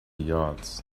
yards